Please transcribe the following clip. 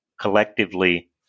collectively